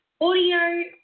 audio